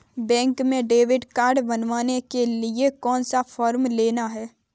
Bank में debit card बनवाने के लिए कौन सा फॉर्म लेना है?